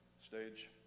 stage